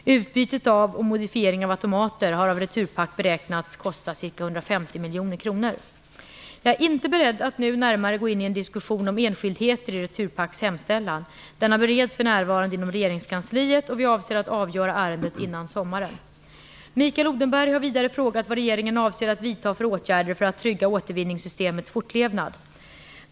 Utbytet av och modifiering av automater har av Returpack beräknats kosta ca 150 Jag är inte beredd att nu närmare gå in i en diskussion om enskildheter i Returpacks hemställan. Denna bereds för närvarande inom regeringskansliet. Regeringen avser att avgöra ärendet innan sommaren. Mikael Odenberg har vidare frågat vad regeringen avser att vidta för åtgärder för att trygga återvinningssystemets fortlevnad.